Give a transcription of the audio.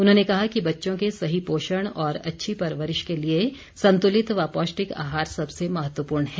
उन्होंने कहा कि बच्चों के सही पोषण और अच्छी परवरिश के लिए संतुलित व पौष्टिक आहार सबसे महत्वपूर्ण है